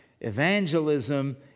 Evangelism